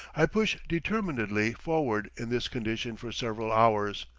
i push determinedly forward in this condition for several hours,